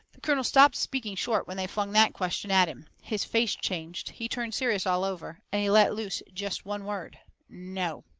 the colonel stopped speaking short when they flung that question at him. his face changed. he turned serious all over. and he let loose jest one word no!